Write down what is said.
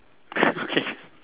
okay